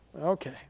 Okay